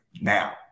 Now